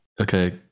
Okay